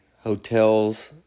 hotels